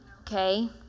okay